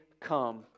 come